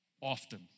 often